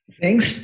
Thanks